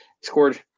scored